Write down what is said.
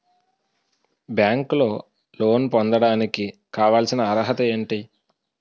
బ్యాంకులో లోన్ పొందడానికి కావాల్సిన అర్హత ఏంటి?